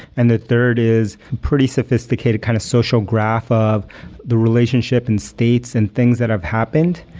and the third is pretty sophisticated kind of social graph of the relationship and states and things that have happened.